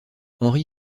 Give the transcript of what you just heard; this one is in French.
henry